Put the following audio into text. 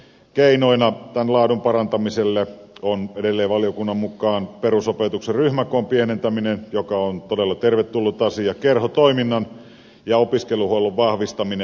keinoina tämän laadun parantamiselle on edelleen valiokunnan mukaan perusopetuksen ryhmäkoon pienentäminen joka on todella tervetullut asia kerhotoiminnan ja opiskeluhuollon vahvistaminen